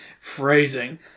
Phrasing